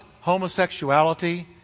homosexuality